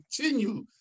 continue